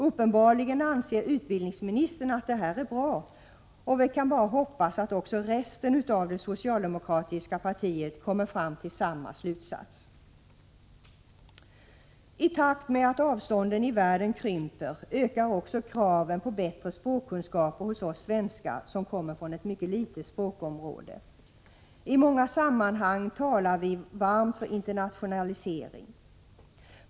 Uppenbarligen anser utbildningsministern att detta är bra, och man kan bara hoppas att också resten av det socialdemokratiska partiet kommer till samma slutsats. I takt med att avstånden i världen krymper ökar också kraven på bättre språkkunskaper hos oss svenskar, som kommer från ett mycket litet språkområde. I många sammanhang talar vi varmt för internationalisering.